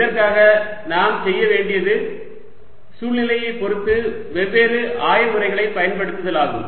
இதற்காக நாம் செய்ய வேண்டியது சூழ்நிலையைப் பொறுத்து வெவ்வேறு ஆய முறைகளைப் பயன்படுத்துதல் ஆகும்